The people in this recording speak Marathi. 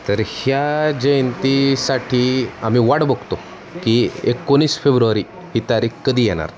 तर ह्या जयंतीसाठी आम्ही वाट बघतो की एकोणीस फेब्रुवारी ही तारीख कधी येणार